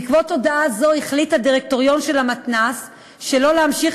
בעקבות הודעה זו החליט הדירקטוריון של המתנ"ס שלא להמשיך